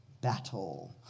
Battle